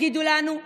לשיקול.